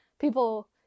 people